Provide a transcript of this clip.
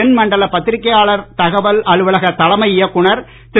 தென்மண்டல பத்திரிக்கையாளர் தகவல் அலுவலக தலைமை இயக்குனர் திரு